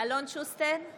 אלון שוסטר,